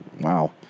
Wow